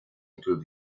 include